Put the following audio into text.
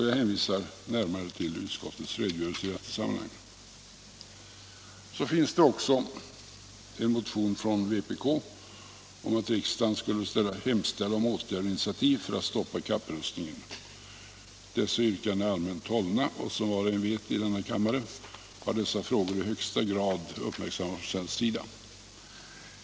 Jag hänvisar till utskottets redogörelse i detta sammanhang. Så finns det också en motion från vpk om att riksdagen skulle hemställa om åtgärder och initiativ för att stoppa kapprustningen. Yrkandena i motionen är allmänt hållna, och som var och en i denna kammare vet har dessa frågor i högsta grad uppmärksammats från svensk sida.